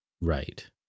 Right